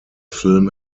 film